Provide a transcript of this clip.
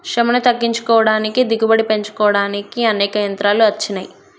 శ్రమను తగ్గించుకోడానికి దిగుబడి పెంచుకోడానికి అనేక యంత్రాలు అచ్చినాయి